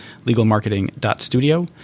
legalmarketing.studio